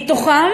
מתוכם